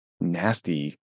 nasty